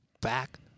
back